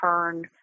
turn